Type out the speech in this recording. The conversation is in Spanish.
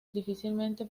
difícilmente